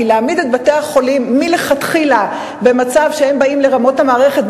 כי להעמיד את בתי-החולים מלכתחילה במצב שהם באים לרמות את המערכת,